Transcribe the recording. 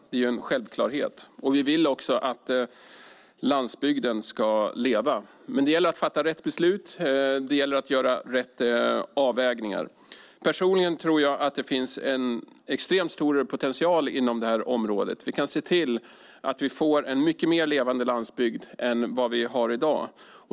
Det är en självklarhet. Vi vill också att landsbygden ska leva. Men det gäller att fatta rätt beslut. Det gäller att göra rätt avvägningar. Personligen tror jag att det finns en extremt stor potential inom det här området. Vi kan se till att vi får en mycket mer levande landsbygd än vad vi har i dag.